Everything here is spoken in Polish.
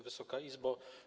Wysoka Izbo!